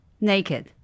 naked